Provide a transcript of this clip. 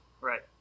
Right